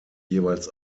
jeweils